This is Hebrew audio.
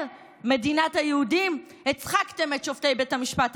זה היה הסיכום עם האוניברסיטאות,